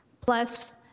plus